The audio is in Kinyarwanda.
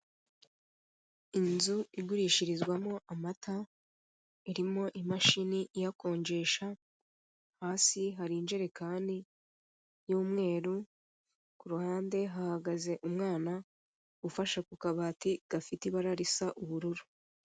Inzu igurishirizwamo amata irimo imashini iyakonjesha, hasi hari injerekani y'umweru, ku ruhande hahagaze umwana ufashe ku kabati gafite ibara risa ubururu.